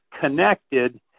connected